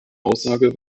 aussage